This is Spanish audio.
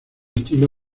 estilo